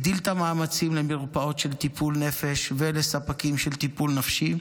הגדיל את המאמצים למרפאות של טיפול נפש ולספקים של טיפול נפשי,